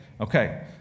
Okay